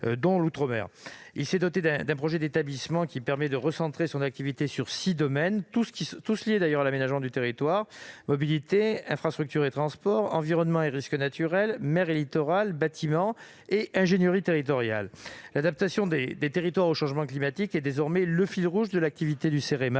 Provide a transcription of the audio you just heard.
Cet organisme s'est doté d'un projet d'établissement permettant de recentrer son activité sur six domaines, tous liés à l'aménagement du territoire : mobilités ; infrastructures de transport ; environnement et risques naturels ; mer et littoral ; bâtiment ; ingénierie territoriale. L'adaptation des territoires au changement climatique est désormais le fil rouge de l'activité du Cerema.